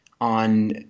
on